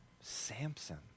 Samson